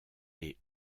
est